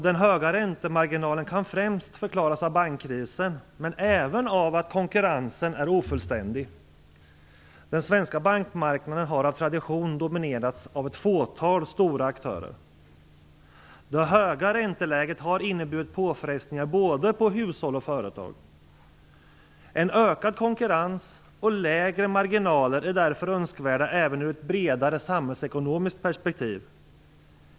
Den höga räntemarginalen kan främst förklaras av bankkrisen men även av en ofullständig konkurrens. Den svenska bankmarknaden har av tradition dominerats av ett fåtal stora aktörer. Det höga ränteläget har inneburit påfrestningar, både på hushåll och på företag. En ökad konkurrens och lägre marginaler är därför önskvärt även sett från ett bredare samhällsekonomiskt perspektiv.